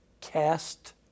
Cast